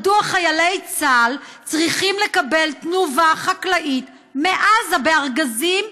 מדוע חיילי צה"ל צריכים לקבל תנובה חקלאית מעזה בארגזים,